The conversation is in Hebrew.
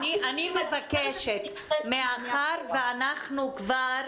אני מבקשת, מאחר ואנחנו כבר